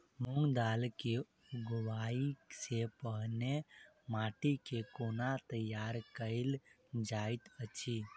मूंग दालि केँ उगबाई सँ पहिने माटि केँ कोना तैयार कैल जाइत अछि?